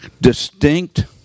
Distinct